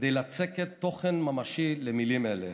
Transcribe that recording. כדי לצקת תוכן ממשי למילים אלה,